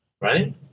Right